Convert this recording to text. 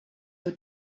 your